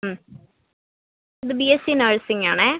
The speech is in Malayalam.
ഉം ഇത് ബി എസ് സി നഴ്സിംഗ് ആണേ